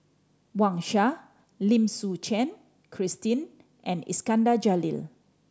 Wang Sha Lim Suchen Christine and Iskandar Jalil